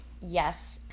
Yes